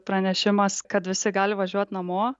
pranešimas kad visi gali važiuot namo